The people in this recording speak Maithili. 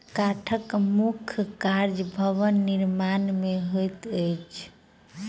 काठक मुख्य काज भवन निर्माण मे होइत अछि